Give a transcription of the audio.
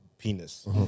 penis